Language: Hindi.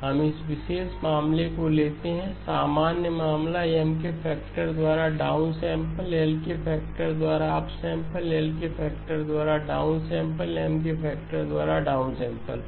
हम इस विशेष मामले को लेते हैं सामान्य मामला M के फैक्टर द्वारा डाउन सैंपलL के फैक्टर द्वारा अप सैंपलL के फैक्टर द्वारा डाउन सैंपल M के फैक्टर द्वारा डाउन सैंपल